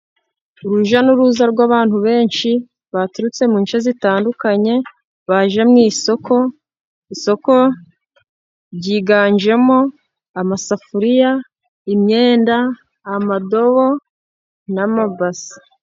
Urujya n'uruza rw'abantu benshi baturutse mu nshe zitandukanye baje mu isoko, isoko ryiganjemo amasafuriya, imyenda, amadobo na mabase.